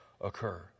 occur